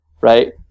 right